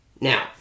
Now